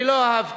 אני לא אהבתי,